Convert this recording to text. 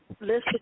Listen